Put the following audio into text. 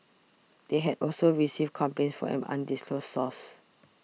they had also received complaints from an undisclosed source